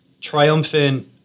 triumphant